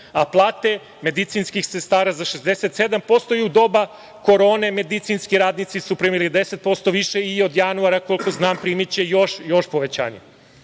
a plate medicinskih sestara za 67% i u doba Korone medicinski radnici su primili 10% više i od januara, koliko znam, primiće još povećanja. Znači,